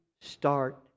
start